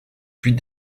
puis